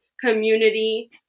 community